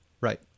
Right